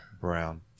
Brown